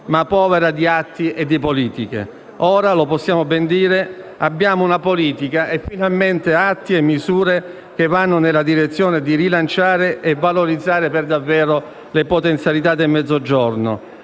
ma povera di atti e di politiche. Ora, lo possiamo ben dire, abbiamo una politica e finalmente atti e misure che vanno nella direzione di rilanciare e valorizzare per davvero le potenzialità del Mezzogiorno